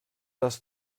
das